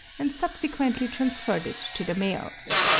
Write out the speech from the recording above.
and subsequently transferred it to the males.